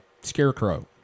scarecrow